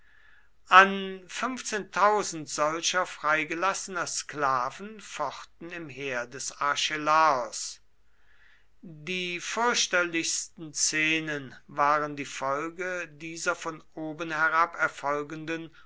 an solcher freigelassener sklaven fochten im heer des archelaos die fürchterlichsten szenen waren die folge dieser von oben herab